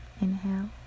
Inhale